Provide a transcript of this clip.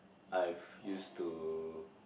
I've used to